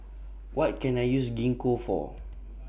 What Can I use Gingko For